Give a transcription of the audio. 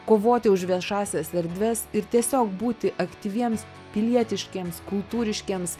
kovoti už viešąsias erdves ir tiesiog būti aktyviems pilietiškiems kultūriškiems